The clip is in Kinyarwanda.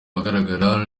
ahagaragara